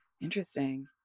Interesting